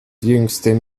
jüngstes